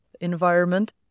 environment